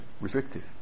restrictive